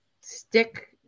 stick